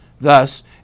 Thus